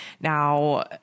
Now